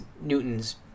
Newton's